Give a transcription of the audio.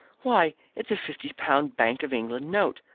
why, it's a fifty-pound bank of england note.